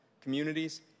communities